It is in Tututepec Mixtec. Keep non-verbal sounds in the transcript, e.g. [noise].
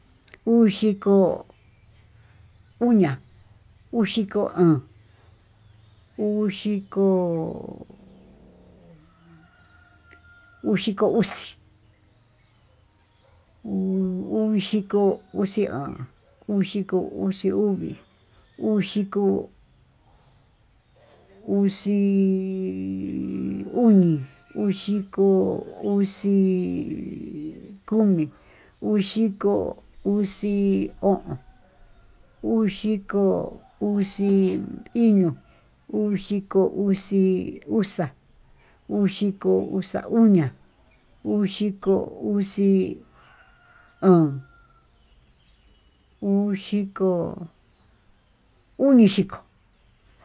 Uyiko uña'a, uyiko o'on, uyiko uxi, uyiko uxi o'on, uyiko uxi uví, uyiko uxi [hesitation] oni, uyiko uxi komi, uyiko uxi o'on, uyiko uxi iño, uyiko uxi uxa, uyiko uxi uña'a, uxiko uxi óón, uyiko, oniyiko.